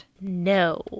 No